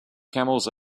camels